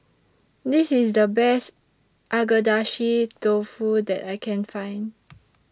This IS The Best Agedashi Dofu that I Can Find